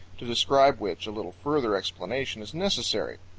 to describe which a little further explanation is necessary.